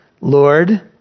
Lord